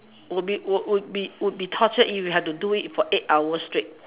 would be would would be would be tortured if you have to do it for eight hour straight